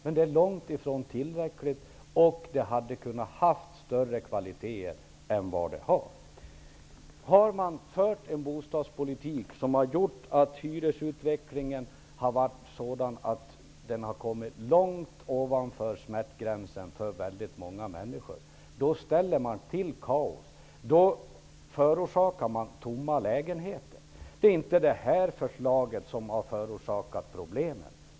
Men det är långtifrån tillräckligt och det hade kunnat ha större kvaliteter än vad det har. En bostadspolitik som har gjort att hyresutvecklingen har varit sådan att den kommit långt ovanför smärtgränsen för många människor ställer till med kaos. Det förorsakar tomma lägenheter. Men det är inte detta förslag som har förorsakat problemet.